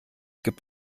gibt